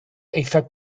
eithaf